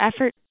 effort